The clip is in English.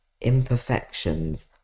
Imperfections